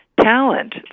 talent